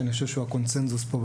שאני חושב שהוא הקונצנזוס פה,